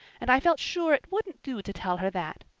and i felt sure it wouldn't do to tell her that.